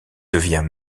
devient